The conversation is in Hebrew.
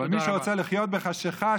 אבל מי שרוצה לחיות בחשכה,